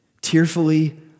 tearfully